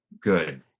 good